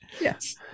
Yes